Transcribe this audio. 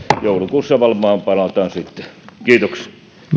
joulukuussa varmaan palataan kiitoksia